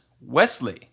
Wesley